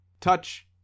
Touch